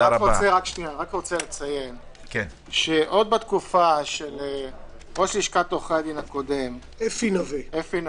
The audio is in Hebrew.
אני רוצה לציין שעוד בתקופה של ראש לשכת עורכי הדין הקודם אפי נווה,